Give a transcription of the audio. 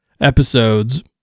episodes